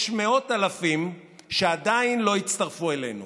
יש מאות אלפים שעדיין לא הצטרפו אלינו.